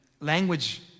language